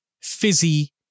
fizzy